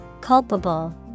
Culpable